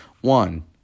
One